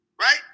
right